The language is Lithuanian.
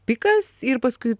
pikas ir paskui